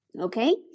Okay